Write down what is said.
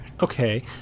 okay